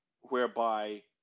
whereby